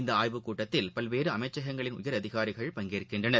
இந்த ஆய்வுக் கூட்டத்தில் பல்வேறு அமைச்சகங்களின் உயரதிகாரிகள் பங்கேற்கின்றனர்